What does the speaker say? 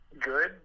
good